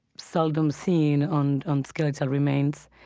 seldom seen on on skeletal remains,